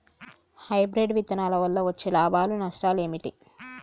Hybrid విత్తనాల వల్ల వచ్చే లాభాలు నష్టాలు ఏమిటి?